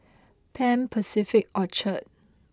Pan Pacific Orchard